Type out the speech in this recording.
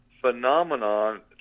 phenomenon